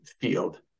field